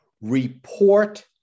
report